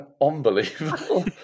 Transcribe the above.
Unbelievable